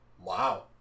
Wow